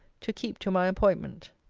to keep to my appointment.